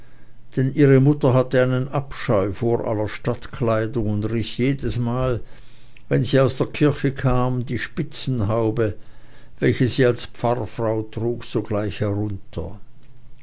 denn ihre mutter hatte einen abscheu vor aller stadtkleidung und riß jedesmal wenn sie aus der kirche kam die spitzenhaube welche sie als pfarrfrau trug sogleich herunter